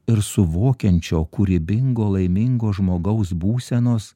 ir suvokiančio kūrybingo laimingo žmogaus būsenos